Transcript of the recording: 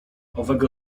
owego